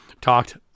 talked